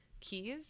keys